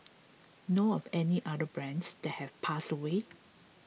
know of any other brands that have passed away